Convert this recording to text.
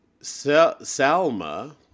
salma